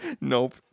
Nope